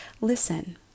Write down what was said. listen